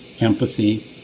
empathy